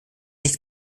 nicht